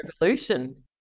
revolution